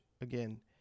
again